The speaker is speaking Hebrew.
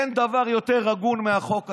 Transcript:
אין דבר יותר הגון מהחוק הזה.